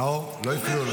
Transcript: נאור, לא הפריעו לך.